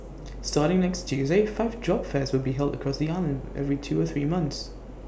starting next Tuesday five job fairs will be held across the island every two or three months